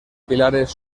pilares